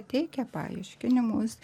teikia paaiškinimus